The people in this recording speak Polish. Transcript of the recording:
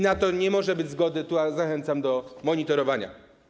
Na to nie może być zgody i zachęcam do monitorowania.